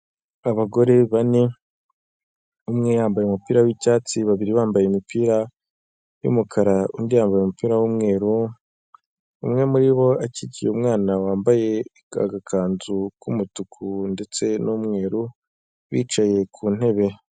Abagore bane, umwe yambaye umupira wicyatsi, babiri bambaye imipira y'umukara, undi yambaye umupira w'umweru, umwe muribo akikiye umwana wambaye agakanzu k'umutuku ndetse numweru bicaye ku ntebe.